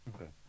Okay